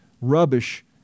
rubbish